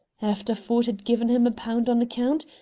after ford had given him a pound on account,